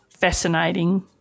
fascinating